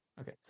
Okay